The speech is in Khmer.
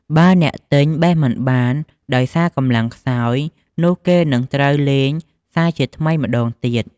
បើអ្នកទិញបេះមិនបាន ដោយសារកម្លាំងខ្សោយ នោះគេនឹងត្រូវលេងសាជាថ្មីម្តងទៀត ។